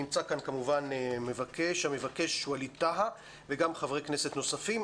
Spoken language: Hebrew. נמצא כאן כמובן המבקש ווליד טאהא וגם חברי כנסת נוספים.